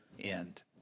end